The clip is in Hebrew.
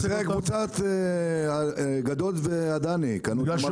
קבוצת גדות ועדני קנו את נמל חיפה.